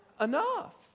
enough